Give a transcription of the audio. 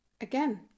Again